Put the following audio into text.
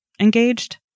engaged